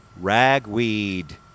ragweed